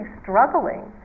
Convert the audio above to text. struggling